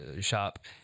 shop